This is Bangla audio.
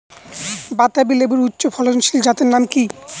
বাতাবি লেবুর উচ্চ ফলনশীল জাতের নাম কি?